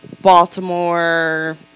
Baltimore